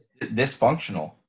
dysfunctional